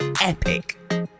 epic